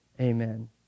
amen